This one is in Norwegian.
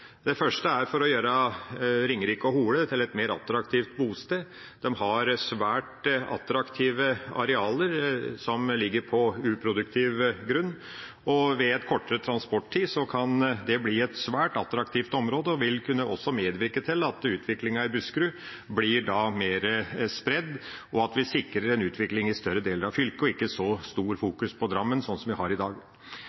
Den første er å gjøre Ringerike og Hole til et mer attraktivt bostedsområde. De har svært attraktive arealer som ligger på uproduktiv grunn, og med kortere transporttid kan det bli et svært attraktivt område. Det vil også kunne medvirke til at utviklinga i Buskerud blir mer spredd, og at vi sikrer en utvikling i en større del av fylket og ikke med så stor vekt på Drammen som vi har i dag.